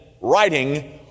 writing